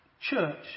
church